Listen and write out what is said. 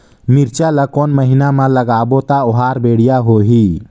मिरचा ला कोन महीना मा लगाबो ता ओहार बेडिया होही?